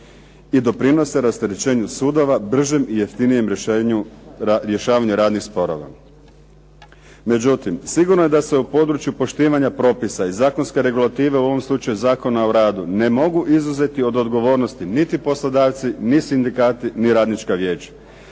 i doprinose rasterećenju sudova bržim i jeftinijem rješavanju radnih sporova. Međutim sigurno je da se u području poštivanja propisa i zakonske regulative, u ovom slučaju Zakona o radu, ne mogu izuzeti od odgovornosti niti poslodavci, ni sindikati ni radnička vijeća.